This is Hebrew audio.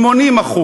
80%,